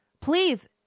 Please